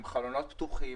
עם חלונות פתוחים,